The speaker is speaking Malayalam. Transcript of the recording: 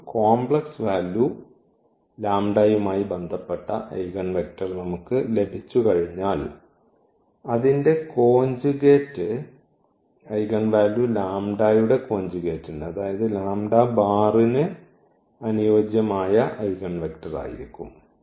ഒരു കോംപ്ലക്സ് വാല്യൂ യുമായി ബന്ധപ്പെട്ട ഐഗൺവെക്റ്റർ നമുക്ക് ലഭിച്ചുകഴിഞ്ഞാൽ അതിന്റെ കോഞ്ചുഗേറ്റ് ഐഗൺവാല്യൂ യുടെ കോഞ്ചുഗേറ്റ്ന് അതായത് ന് അനുയോജ്യമായ ഐഗൺവെക്റ്റർ ആയിരിക്കും